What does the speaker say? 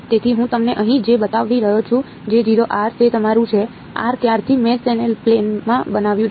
તેથી હું તમને અહીં જે બતાવી રહ્યો છું તે તમારું છે r ત્યારથી મેં તેને પ્લેનમાં બનાવ્યું છે